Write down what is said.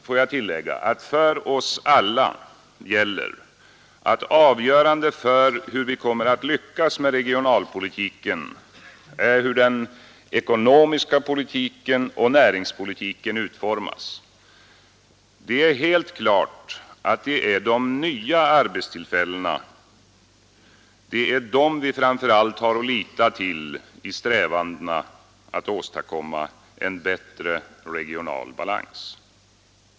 Får jag tillägga att för oss alla gäller att avgörande för hur vi kommer att lyckas med regionalpolitiken är hur den ekonomiska politiken och näringspolitiken utformas. Det är helt klart att det är de nya arbetstillfällena som vi framför allt har att lita till i strävandena att åstadkomma en bättre regional balans.